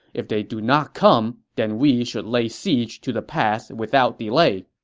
if they do not come, then we should lay siege to the pass without delay.